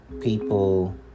people